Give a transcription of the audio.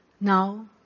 now